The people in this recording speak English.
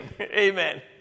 Amen